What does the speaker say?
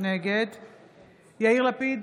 נגד יאיר לפיד,